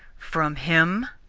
from him?